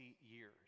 years